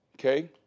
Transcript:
Okay